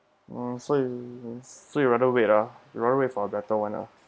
mm so you so you rather wait ah you rather wait for a better [one] ah